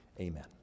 Amen